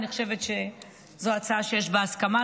אני חושבת שזו הצעה שיש בה הסכמה.